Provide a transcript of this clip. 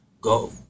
go